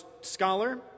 scholar